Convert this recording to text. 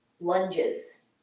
Lunges